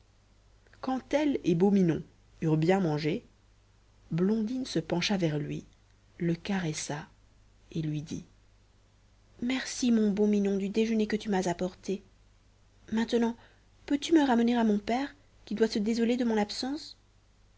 quand elle et beau minon eurent bien mangé blondine se pencha vers lui le caressa et lui dit merci mon beau minon du déjeuner que tu m'as apporté maintenant peux-tu me ramener à mon père qui doit se désoler de mon absence